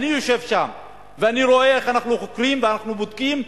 אני יושב שם ואני רואה איך אנחנו חוקרים ואנחנו בודקים,